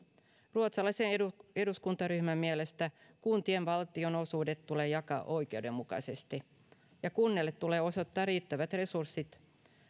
ruotsalaisen eduskuntaryhmän mielestä kuntien valtionosuudet tulee jakaa oikeudenmukaisesti ja kunnille tulee osoittaa riittävät resurssit